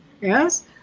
yes